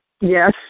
Yes